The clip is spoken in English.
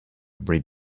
breed